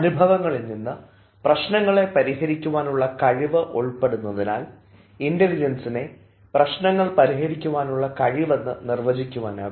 അനുഭവങ്ങളിൽനിന്ന് പ്രശ്നങ്ങളെ പരിഹരിക്കുവാനുള്ള കഴിവ് ഉൾപ്പെടുന്നതിനാൽ ഇൻറലിജൻസിനെ പ്രശ്നങ്ങൾ പരിഹരിക്കാനുള്ള കഴിവെന്ന് നിർവചിക്കുവാനാകും